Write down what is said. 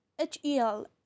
h-e-l